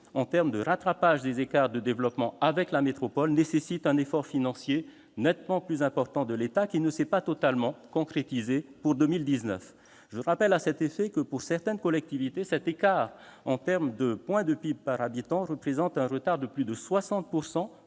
s'agissant du rattrapage des écarts de développement avec la métropole, nécessitent un effort financier nettement plus important de l'État, qui ne s'est pas totalement concrétisé pour 2019. Je rappelle que, pour certaines collectivités, cet écart, calculé en points de PIB par habitant, représente un retard de plus de 60